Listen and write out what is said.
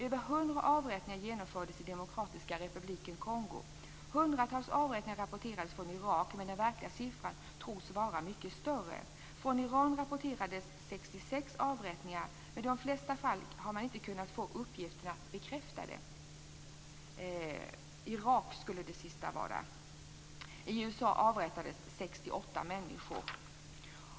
Över hundra avrättningar genomfördes i Demokratiska republiken Irak, men den verkliga siffran tros vara mycket större. Från Irak rapporterades 66 avrättningar, men i de flesta fall har man inte kunnat få uppgifterna bekräftade. I USA avrättades 68 människor.